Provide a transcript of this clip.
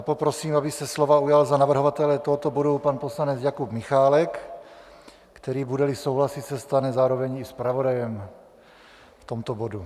Poprosím, aby se slova ujal za navrhovatele tohoto bodu pan poslanec Jakub Michálek, který, budeli souhlasit, se stane zároveň i zpravodajem v tomto bodu.